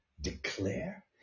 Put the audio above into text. declare